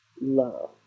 love